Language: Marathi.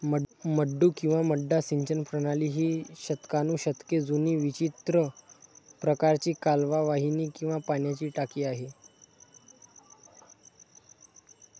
मड्डू किंवा मड्डा सिंचन प्रणाली ही शतकानुशतके जुनी विचित्र प्रकारची कालवा वाहिनी किंवा पाण्याची टाकी आहे